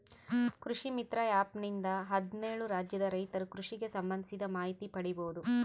ಕೃಷಿ ಮಿತ್ರ ಆ್ಯಪ್ ನಿಂದ ಹದ್ನೇಳು ರಾಜ್ಯದ ರೈತರು ಕೃಷಿಗೆ ಸಂಭಂದಿಸಿದ ಮಾಹಿತಿ ಪಡೀಬೋದು